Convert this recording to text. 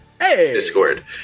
Discord